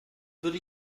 würde